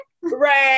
Right